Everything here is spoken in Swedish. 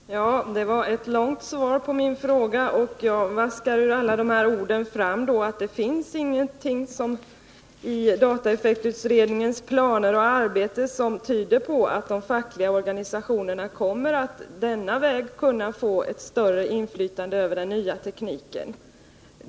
Herr talman! Det var ett långt svar på min fråga. Ur alla orden vaskar jag fram att det inte finns någonting i dataeffektutredningens planer och arbete som tyder på att de fackliga organisationerna på denna väg kommer att få ett större inflytande över den nya tekniken.